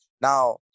Now